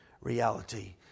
reality